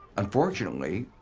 unfortunately,